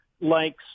likes